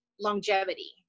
longevity